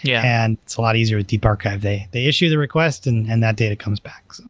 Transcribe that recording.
yeah and it's a lot easier with deep archive. they they issue the request and and that data comes back.